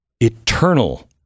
eternal